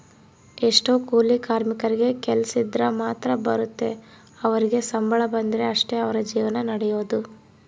ಎಷ್ಟೊ ಕೂಲಿ ಕಾರ್ಮಿಕರಿಗೆ ಕೆಲ್ಸಿದ್ರ ಮಾತ್ರ ಬರುತ್ತೆ ಅವರಿಗೆ ಸಂಬಳ ಬಂದ್ರೆ ಅಷ್ಟೇ ಅವರ ಜೀವನ ನಡಿಯೊದು